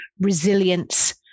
resilience